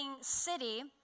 city